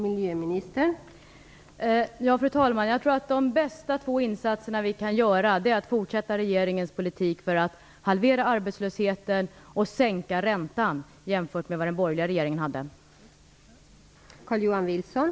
Fru talman! Jag tror att de två bästa insatser som vi kan göra är att fortsätta regeringens politik för att arbetslösheten skall halveras och räntan sänkas jämfört med hur det var under den borgerliga regeringens tid.